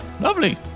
Lovely